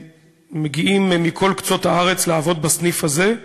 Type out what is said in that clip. מגיעים מכל קצות הארץ לעבוד בסניף הזה.